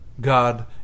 God